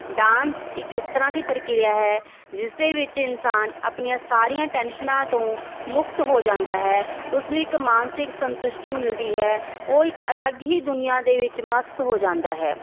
dance ਇਹ ਕਿਸ ਤਰ੍ਹਾਂ ਦੀ ਪ੍ਰਕਿਰਿਆ ਹੈ ਜਿਸ ਦੇ ਵਿੱਚ ਇਨਸਾਨ ਆਪਣੀਆਂ ਸਾਰੀਆਂ ਟੈਨਸ਼ਨਾਂ ਤੋਂ ਮੁਕਤ ਹੋ ਜਾਂਦਾ ਹੈ ਉਸ ਨੂੰ ਇੱਕ ਮਾਨਸਿਕ ਸੰਤੁਸ਼ਟੀ ਮਿਲਦੀ ਹੈ ਉਹ ਇੱਕ ਅਲੱਗ ਹੀ ਦੁਨੀਆਂ ਦੇ ਵਿੱਚ ਮਸਤ ਹੋ ਜਾਂਦਾ ਹੈ